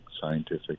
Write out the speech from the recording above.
scientific